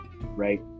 right